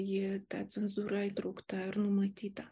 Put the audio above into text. ji ta cenzūra įtraukta ir numatyta